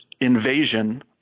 invasion